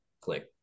click